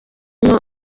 zirimo